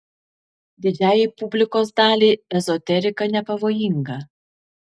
didžiajai publikos daliai ezoterika nepavojinga